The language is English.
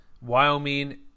Wyoming